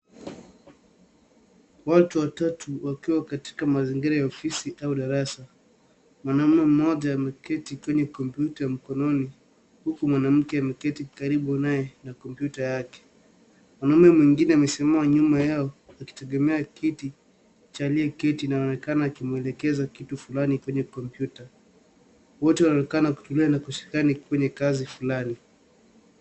Watu watatu wakiwa katika mazingira ya ofisi au darasa. Mwanaume mmoja ameketi kwenye kompyuta mkononi huku mwanamke ameketi karibu naye na kompyuta yake. Mwanaume mwingine amesimama nyuma yao, akitegemea kiti cha aliyeketi na anaonekana akimwelekeza kitu fulani kwenye kompyuta. Wote wanaonekana kutulia na kushirikiana kwenye kazi fulani.